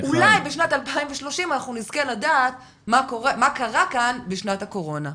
אולי בשנת 2030 אנחנו נזכה לדעת מה קרה כאן בשנת הקורונה.